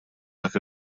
dak